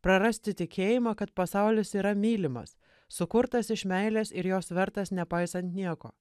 prarasti tikėjimą kad pasaulis yra mylimas sukurtas iš meilės ir jos vertas nepaisant nieko